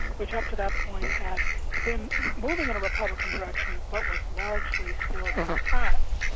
which up to that point had been moving in a republican direction but was largely still democratic.